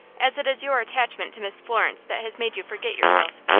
as it is your attachment to miss florence that has made you forget yourself.